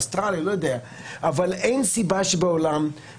באוסטרליה וכולי אבל אין סיבה שאחרי